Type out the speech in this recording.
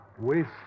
waste